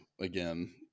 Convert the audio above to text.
again